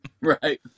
Right